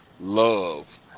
love